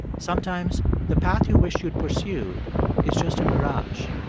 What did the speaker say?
sometimes the path you wish you'd pursued is just a mirage.